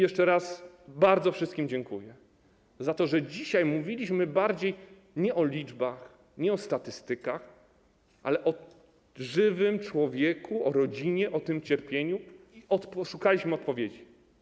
Jeszcze raz bardzo wszystkim dziękuję za to, że dzisiaj mówiliśmy bardziej nie o liczbach, nie o statystykach, ale o żywym człowieku, o rodzinie, o cierpieniu i szukaliśmy odpowiedzi.